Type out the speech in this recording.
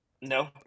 No